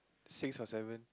six or seven